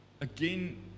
again